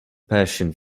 passion